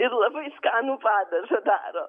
ir labai skanų padažą daro